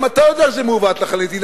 גם אתה יודע שזה מעוות לחלוטין.